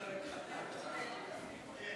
ההצעה להעביר את הצעת חוק הביטוח הלאומי (תיקון,